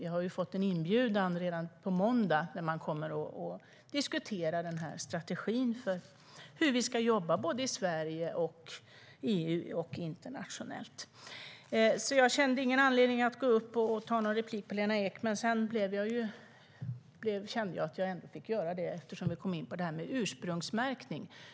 Vi har ju en inbjudan redan till på måndag, då man kommer att diskutera strategin för hur vi ska jobba i Sverige, i EU och internationellt. Jag kände alltså inte att jag hade någon anledning att ta replik på Lena Ek, men sedan fick jag ändå göra det eftersom vi kom in på ursprungsmärkning.